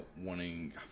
wanting